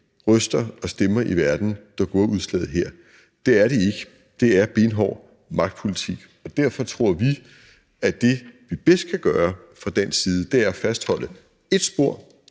røster og stemmer i verden, der gjorde udslaget her. Det er det ikke, for det er en benhård magtpolitik. Derfor tror vi, at det, som vi bedst kan gøre fra dansk side, er at fastholde ét spor